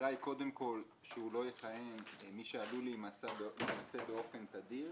האמירה קודם כל היא שלא יכהן מי שעלול להימצא באופן תדיר.